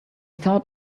thought